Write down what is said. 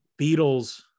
beatles